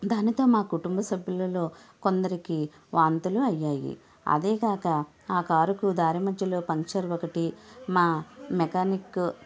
దానితో మా కుటుంబ సభ్యులలో కొందరికి వాంతులు అయ్యాయి అదేకాక ఆ కారుకు దారి మధ్యలో పంచర్ ఒకటి మా మెకానిక్